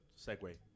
segue